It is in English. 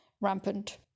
rampant